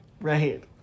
Right